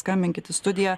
skambinkit į studiją